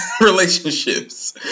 relationships